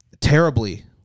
terribly